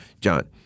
John